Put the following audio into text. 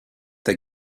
they